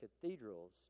cathedrals